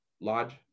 lodge